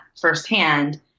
firsthand